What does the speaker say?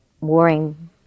warring